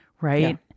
right